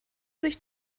sich